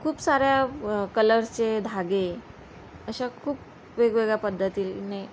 खूप साऱ्या कलर्सचे धागे अशा खूप वेगवेगळ्या पद्धतीने